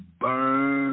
burn